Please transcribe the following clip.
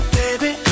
baby